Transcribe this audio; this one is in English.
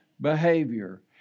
behavior